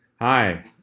Hi